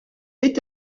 est